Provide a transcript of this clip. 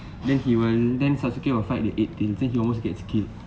then he will then subsequent will find the eight tails he almost gets killed